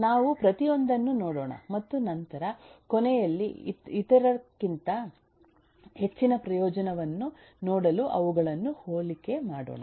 ನಾವು ಪ್ರತಿಯೊಂದನ್ನು ನೋಡೋಣ ಮತ್ತು ನಂತರ ಕೊನೆಯಲ್ಲಿ ಇತರಕ್ಕಿಂತ ಹೆಚ್ಚಿನ ಪ್ರಯೋಜನವನ್ನು ನೋಡಲು ಅವುಗಳನ್ನು ಹೋಲಿಕೆ ಮಾಡೋಣ